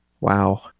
Wow